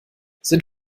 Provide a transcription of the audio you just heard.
sind